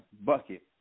bucket